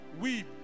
weep